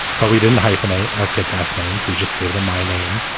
but we didn't hyphenate our kids last names. we just gave them my name.